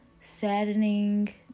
saddening